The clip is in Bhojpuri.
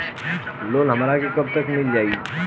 लोन हमरा के कब तक मिल जाई?